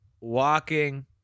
walking